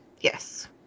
Yes